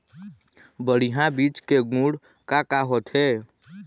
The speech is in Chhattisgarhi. बढ़िया बीज के गुण का का होथे?